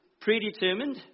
predetermined